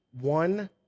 one